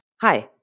Hi